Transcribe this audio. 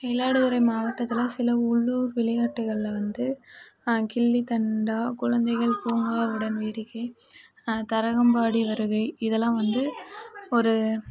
மயிலாடுதுறை மாவட்டத்தில் சில உள்ளூர் விளையாட்டுகளில் வந்து கில்லிதண்டா குழந்தைகள் பூங்காவுடன் வேடிக்கை தரங்கம்பாடி வருகை இதெல்லாம் வந்து ஒரு